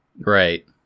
right